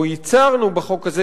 או ייצרנו בחוק הזה,